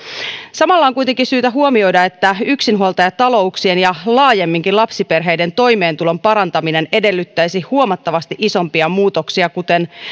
samalla on kuitenkin syytä huomioida että yksinhuoltajatalouksien ja laajemminkin lapsiperheiden toimeentulon parantaminen edellyttäisi huomattavasti isompia muutoksia kuten